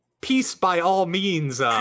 peace-by-all-means